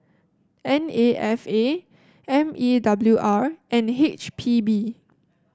N A F A M E W R and H P B